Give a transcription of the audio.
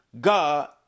God